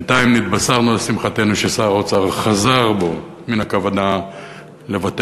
בינתיים נתבשרנו לשמחתנו ששר האוצר חזר בו מן הכוונה לבטל,